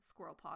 Squirrelpaw